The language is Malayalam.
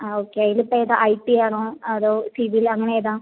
ആ ഓക്കെ അതിലിപ്പോൾ ഏതാ ഐ ടി ആണോ അതോ സിവിൽ അങ്ങനെ ഏതാ